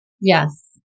Yes